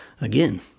Again